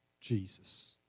Jesus